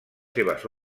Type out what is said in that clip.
seves